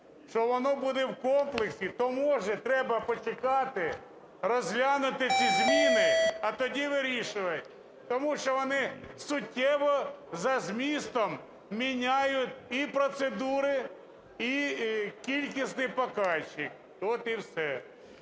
що воно буде в комплексі. То, може, треба почекати, розглянути ці зміни, а тоді вирішувати? Тому що вони суттєво за змістом міняють і процедури, і кількісний покажчик, от і все.